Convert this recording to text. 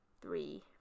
three